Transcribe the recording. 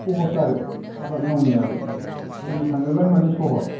सहस आरो आबाद मावनायाबो बुंनो थाङोब्ला माने सहस